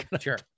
Sure